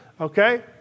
okay